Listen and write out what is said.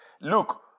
Look